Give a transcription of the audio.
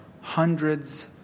hundreds